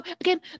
again